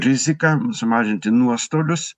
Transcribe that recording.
riziką sumažinti nuostolius